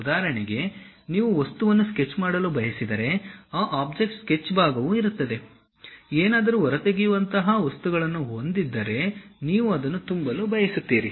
ಉದಾಹರಣೆಗೆ ನೀವು ವಸ್ತುವನ್ನು ಸ್ಕೆಚ್ ಮಾಡಲು ಬಯಸಿದರೆ ಆ ಆಬ್ಜೆಕ್ಟ್ ಸ್ಕೆಚ್ ಭಾಗವು ಇರುತ್ತದೆ ಏನಾದರೂ ಹೊರತೆಗೆಯುವಂತಹ ವಸ್ತುಗಳನ್ನು ಹೊಂದಿದ್ದರೆ ನೀವು ಅದನ್ನು ತುಂಬಲು ಬಯಸುತ್ತೀರಿ